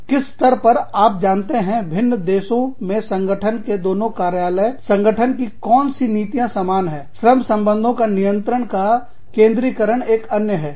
किस स्तर पर आप जानते हैं भिन्न देशों मे संगठन के दोनों कार्यालय संगठन की कौन सी नीतियाँ समान है श्रम संबंधों का नियंत्रण का केंद्रीकरण एक अन्य है